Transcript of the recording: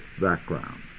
background